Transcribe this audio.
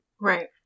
Right